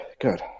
good